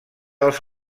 als